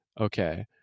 Okay